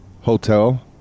Hotel